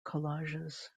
collages